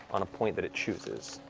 on a point that it chooses.